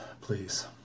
please